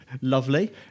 lovely